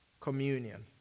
communion